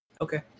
Okay